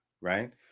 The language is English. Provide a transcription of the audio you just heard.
right